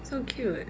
so cute